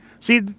See